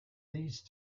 these